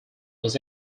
was